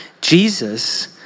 Jesus